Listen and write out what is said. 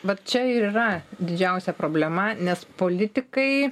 bet čia ir yra didžiausia problema nes politikai